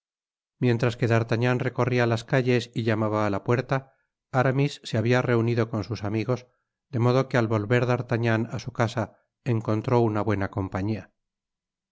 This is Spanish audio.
mientras que d'artagnan recorría las calles y llamaba á la puerta aramis se habia reunido con sus amigos de modo que al volver d'artagnan á su casa encontró una buena compañía